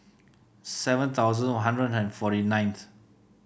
seven thousand One Hundred and forty ninth